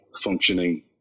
functioning